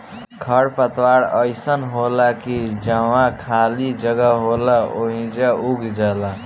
खर पतवार अइसन होला की जहवा खाली जगह होला ओइजा उग जाला